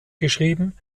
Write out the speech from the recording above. geschrieben